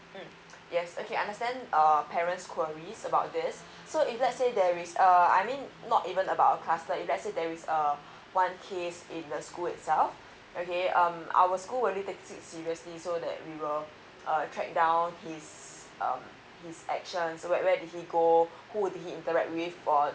mm yes okay understand um parents queries about this so if let's say there is a I mean not even about a cluster if let's say there's a um one case in the school itself okay um our school will take it seriously so that we will track down his uh his actions where where did he go who did he interact with